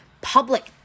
public